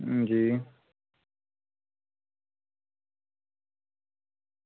हां जी